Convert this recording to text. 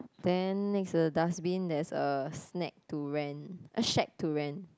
then next to the dustbin there's a snack to rent a shack to rent